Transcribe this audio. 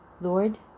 Lord